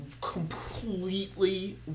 completely